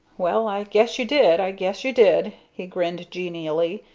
well i guess you did i guess you did. he grinned genially.